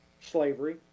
slavery